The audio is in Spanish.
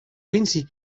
quincy